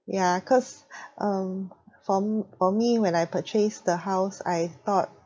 ya cause um for m~ for me when I purchase the house I thought